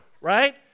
right